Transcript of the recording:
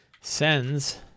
sends